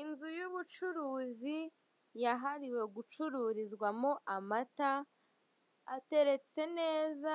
Inzu y'ubucuruzi yahariwe gucururizwamo amata ateretse neza